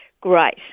great